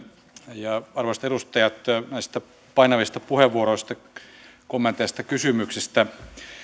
ja kiitoksia arvoisat edustajat näistä painavista puheenvuoroista kommenteista kysymyksistä